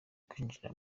kwinjira